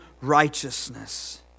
righteousness